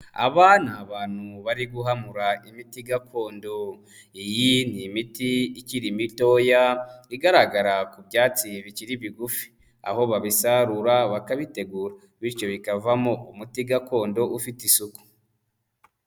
Aba ni abantu bari guhamura imiti gakondo, iyi ni imiti ikiri mitoya igaragara ku byatsi bikiri bigufi, aho babisarura bakabigura bityo bikavamo umuti gakondo ufite isuku.